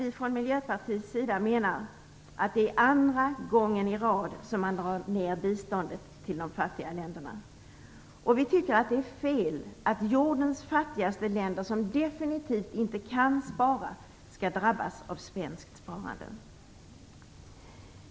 Vi från Miljöpartiet menar att det är andra gången i rad som man drar ner på biståndet till de fattiga länderna. Vi tycker att det är fel att jordens fattigaste länder som definitivt inte kan spara skall drabbas av svenskt sparande.